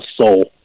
soul